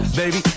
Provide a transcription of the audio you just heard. baby